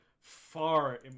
far